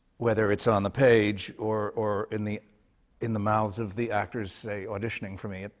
whether it's on the page or or in the in the mouths of the actors, say, auditioning for me,